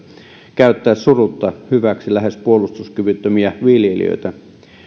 käyttää surutta hyväksi lähes puolustuskyvyttömiä viljelijöitä